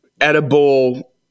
edible